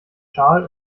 schal